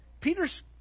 Peter's